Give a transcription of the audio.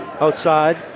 outside